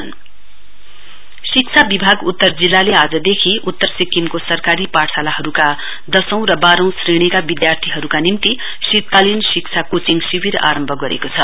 winter coaching camp शिक्षा विभाग उत्तर जिल्लाले आजदेखि उत्तर सिक्किमको सरकारी पाठशालाहरूका दशौं र बाह्रौं श्रेणीका विद्यार्थीहरूका निम्ति शीतकालीन शिक्षा कोचिङ शिविर आरम्भ गरेको छ